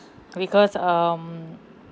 because um